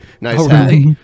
Nice